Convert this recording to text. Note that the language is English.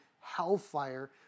hellfire